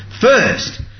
First